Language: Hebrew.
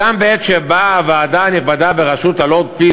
גם בעת שבאה הוועדה הנכבדה בראשות הלורד פיל